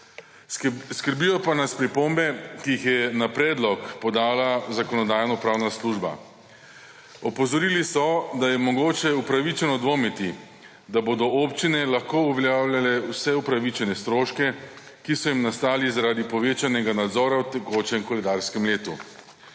Skrbijo pa nas pripombe, ki jih je na predlog podala Zakonodajno-pravna služba. Opozorili so, da je mogoče upravičeno dvomiti, da bodo občine lahko uveljavljale vse upravičene stroške, ki so jim nastali zaradi povečanega nadzora v tekočem koledarskem letu.